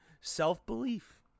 self-belief